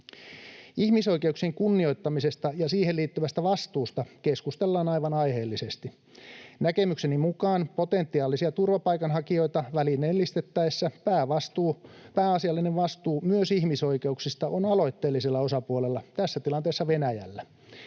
Ihmisoikeuksien kunnioittamisesta ja siihen liittyvästä vastuusta keskustellaan aivan aiheellisesti. Näkemykseni mukaan potentiaalisia turvapaikanhakijoita välineellistettäessä pääasiallinen vastuu myös ihmisoikeuksista on aloitteellisella osapuolella, tässä tilanteessa Venäjällä.